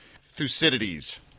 Thucydides